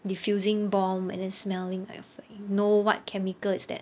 defusing bomb and then smelling of like know what chemical is that